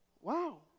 Wow